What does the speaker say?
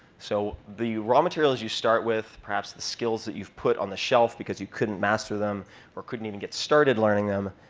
so the raw materials you start with, perhaps the skills that you've put on the shelf because you couldn't master them or couldn't even get started learning them,